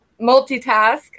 multitask